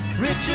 Richard